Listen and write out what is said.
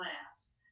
class